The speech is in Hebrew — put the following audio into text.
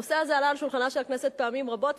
הנושא הזה עלה על שולחנה של הכנסת פעמים רבות,